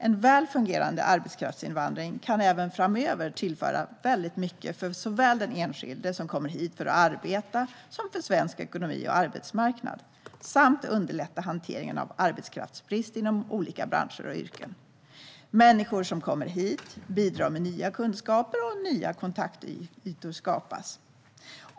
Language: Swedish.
En väl fungerande arbetskraftsinvandring kan även framöver tillföra mycket såväl för den enskilde som kommer hit för att arbeta som för svensk ekonomi och arbetsmarknad samt underlätta hanteringen av arbetskraftsbrist inom olika branscher och yrken. Människor som kommer hit bidrar med nya kunskaper, och nya kontaktytor skapas.